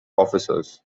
officers